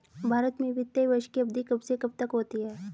भारत में वित्तीय वर्ष की अवधि कब से कब तक होती है?